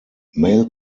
mail